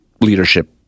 leadership